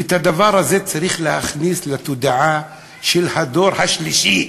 ואת הדבר הזה צריך להכניס לתודעה של הדור השלישי,